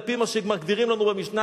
על-פי מה שמגדירים לנו במשנה,